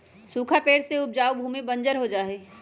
सूखा पड़े से उपजाऊ भूमि बंजर हो जा हई